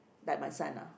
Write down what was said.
like my son ah